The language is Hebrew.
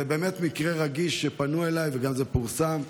זה באמת מקרה רגיש שפנו אליי, וזה גם פורסם.